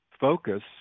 focus